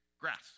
grass